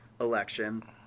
election